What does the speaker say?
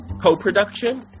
co-production